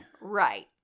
Right